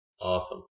Awesome